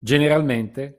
generalmente